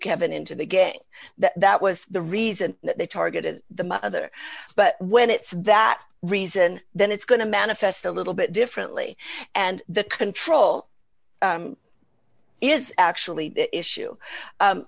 kevin into the game that was the reason they targeted the mother but when it's that reason then it's going to manifest a little bit differently and the control is actually the issue